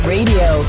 Radio